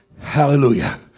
Hallelujah